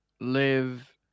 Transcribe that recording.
live